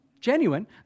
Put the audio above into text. genuine